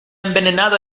envenenado